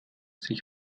sich